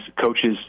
coaches